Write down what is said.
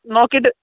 നോക്കീട്ട്